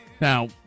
Now